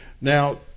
Now